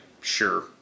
Sure